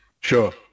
Sure